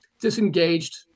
disengaged